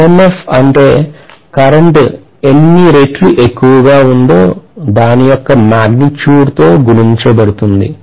MMF అంటే current ఎన్ని రెట్లు ఎక్కువగా ఉందో దాని యొక్క మాగ్నిట్యూడ్ తో గుణించబడుతుంది